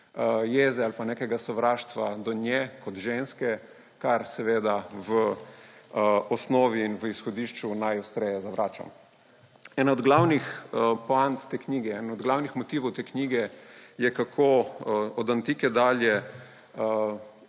jeze ali nekega sovraštva do nje kot ženske, kar seveda v osnovi in izhodišču najostreje zavračam. Ena od glavnih poant te knjige, eden od glavnih motivov te knjige je, kako od Antike dalje